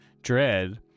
Dread